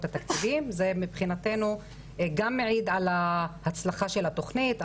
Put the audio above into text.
התקציביים ומבחינתנו זה גם מעיד על ההצלחה של התוכנית,